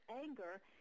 anger